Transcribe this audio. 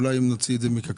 אולי נוציא את זה מקק"ל.